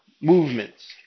movements